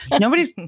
nobody's